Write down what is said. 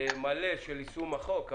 מלא של יישום החוק.